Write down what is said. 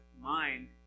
mind